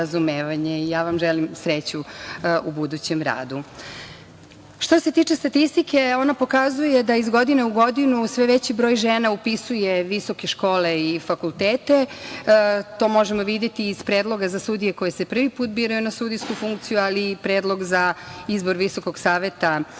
Ja vam želim sreću u budućem radu. Što se tiče statistike, ona pokazuje da iz godine u godinu sve veći broj žena upisuje visoke škole i fakultete. To možemo videti iz Predloga za sudije koje se prvi put biraju na sudijsku funkciju, ali i Predlog za izbor VSS. Recimo,